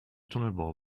tunnelbau